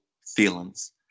feelings